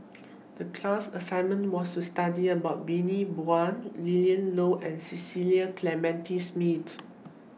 The class assignment was to study about Bani Buang Willin Low and Cecil Clementi Smith